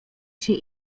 się